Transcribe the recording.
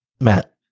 Matt